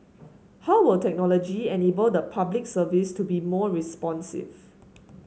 how will technology enable the Public Service to be more responsive